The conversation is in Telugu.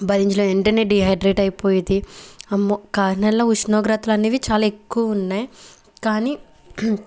భరించలేని ఎండనే డీహైడ్రేట్ అయిపోయేది అమ్మో కాకినాడలో ఉష్ణోగ్రత్తలనేవి చాలా ఎక్కువున్నాయి కాని